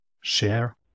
share